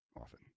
often